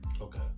Okay